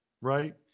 right